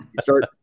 start